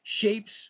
shapes